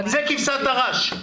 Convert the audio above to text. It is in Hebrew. זאת כבשת הרש.